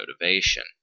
motivation